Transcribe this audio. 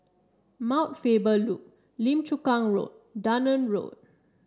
Mount Faber Loop Lim Chu Kang Road Dunman Road